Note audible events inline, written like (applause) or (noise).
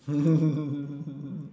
(laughs)